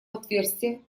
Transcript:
отверстие